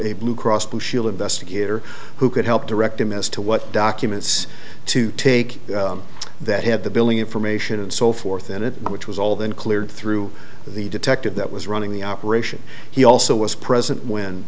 a blue cross blue shield investigator who could help direct him as to what documents to take that had the billing information and so forth and it which was all then cleared through the detective that was running the operation he also was present when